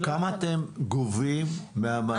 כמה אתם גובים מהמעסיקים?